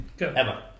Emma